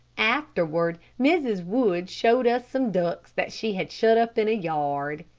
afterward, mrs. wood showed us some ducks that she had shut up in a yard.